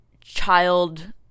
child